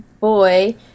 boy